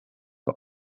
auf